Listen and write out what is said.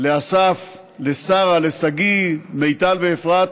אסף, שרה, שגיא, מיטל ואפרת.